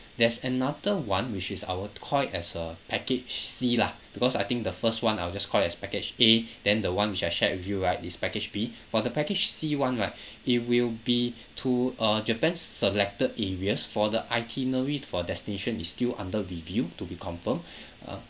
there's another one which is I will call it as uh package C lah because I think the first one I will just call it as package A then the one which I shared with you right is package B for the package C one right it will be to uh japan selected areas for the itinerary for destination is still under review to be confirmed uh